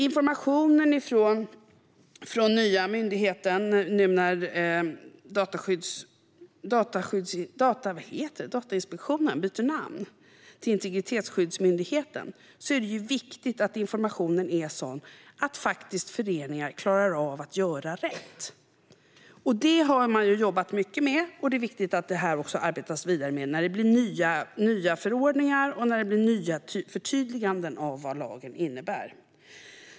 Nu när Datainspektionen byter namn till Integritetsskyddsmyndigheten är det viktigt att informationen från den nya myndigheten är sådan att föreningar klarar av att göra rätt. Detta har man jobbat mycket med, och det är viktigt att det arbetas vidare med detta när det blir nya förordningar och förtydliganden av vad lagen innebär.